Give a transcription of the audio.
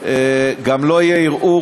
גם לא יהיה ערעור